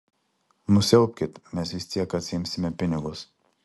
nusiaubkit mes vis tiek atsiimsime pinigus